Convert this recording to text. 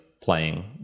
playing